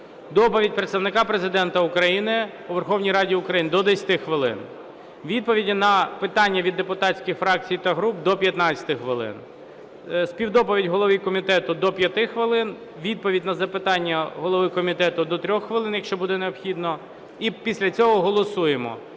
доповідь Представника Президента України у Верховній Раді України – до 10 хвилин; відповіді на питання від депутатських фракцій та груп – до 15 хвилин; співдоповідь голови комітету – до 5 хвилин; відповідь на запитання голови комітету – до 3 хвилин (якщо буде необхідно) і після цього голосуємо.